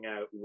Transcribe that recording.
out